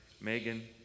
Megan